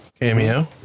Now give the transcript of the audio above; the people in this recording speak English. cameo